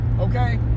Okay